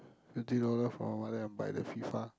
thirty dollar from my mother and buy the FIFA